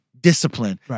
discipline